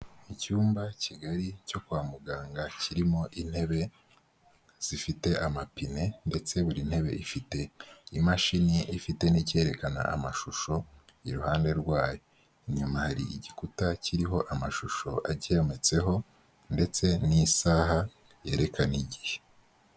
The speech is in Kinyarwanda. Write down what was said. Icyumba kigari cyo kwa muganga kirimo intebe zifite amapine ndetse buri ntebe ifite imashini ifite n'icyerekana amashusho iruhande rwayo, inyuma hari igikuta kiriho amashusho acyometseho ndetse n'isaha yerekana igihe.